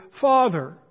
father